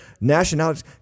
nationalities